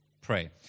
pray